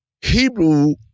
Hebrew